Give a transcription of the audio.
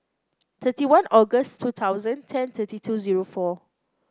thirty one August two thousand ten thirty two zero four